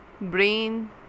brain